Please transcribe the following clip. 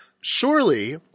surely